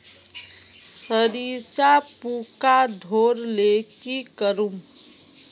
सरिसा पूका धोर ले की करूम?